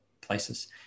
places